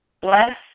Bless